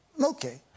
Okay